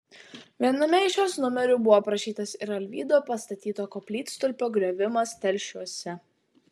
viename iš jos numerių buvo aprašytas ir alvydo pastatyto koplytstulpio griovimas telšiuose